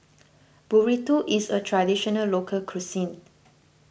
Burrito is a Traditional Local Cuisine